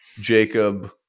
Jacob